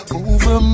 over